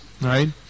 Right